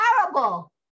terrible